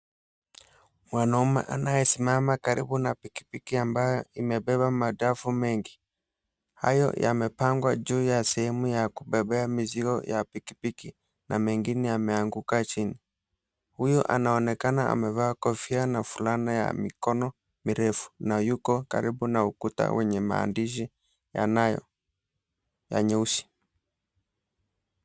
Mwanaume anayesimama karibu na pikipiki ambayo imebeba madafu mengi. Hayo yamepangwa juu ya sehemu ya kubebea mizigo ya pikipiki na mengine yameanguka chini. Huyu anaonekana amevaa kofia na fulana ya mikono mirefu na yuko karibu na ukuta wenye maandishi yanayo ya nyeusi.